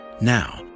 Now